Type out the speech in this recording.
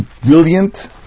brilliant